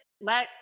let